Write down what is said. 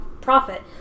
profit